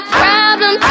problem